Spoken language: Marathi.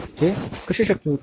हे कसे शक्य होते